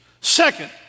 Second